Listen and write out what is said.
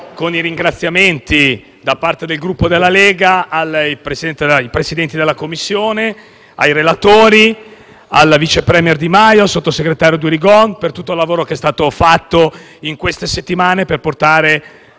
ringraziare da parte del Gruppo della Lega i Presidenti della Commissione, i relatori, il *vice premier* Di Maio e il sottosegretario Durigon per tutto il lavoro che è stato fatto in queste settimane per portare